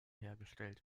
hergestellt